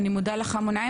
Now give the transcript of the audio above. אני מודה לך מונים,